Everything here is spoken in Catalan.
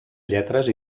lletres